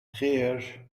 الخير